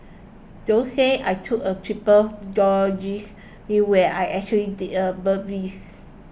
don't say I took a triple it when I actually did a birdies